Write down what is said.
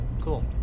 Cool